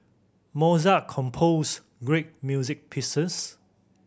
Mozart composed great music pieces